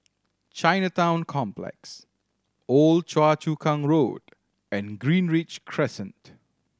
Chinatown Complex Old Choa Chu Kang Road and Greenridge Crescent